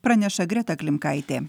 praneša greta klimkaitė